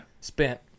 spent